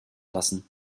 lassen